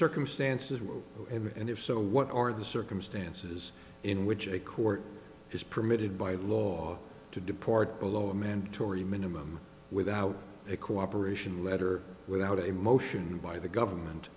circumstances and if so what are the circumstances in which a court is permitted by law to deport below a mandatory minimum without a cooperation letter without a motion by the government